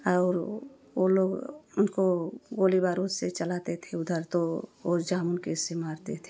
और वह लोग उनको गोली बारूद से चलाते थे उधर तो और जामुन कैसे मारते थे